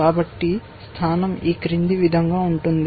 కాబట్టి స్థానం ఈ క్రింది విధంగా ఉంటుంది